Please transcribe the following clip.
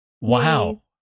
Wow